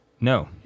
No